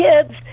kids